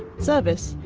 service,